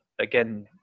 again